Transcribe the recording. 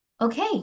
okay